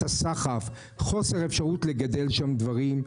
שהסחף יצר בהם חוסר אפשרות לגדל שם דברים,